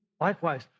likewise